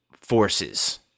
forces